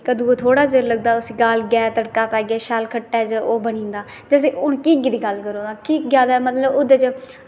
कद्दुएं गी थोह्ड़ा टाईम लगदा उस्सी गालियै तड़का पाइयै शैल खट्टा जा ओह् बनी जंदा जैसे हून घिये दी गल्ल करो तां घिया तां ओह्दे च मतलब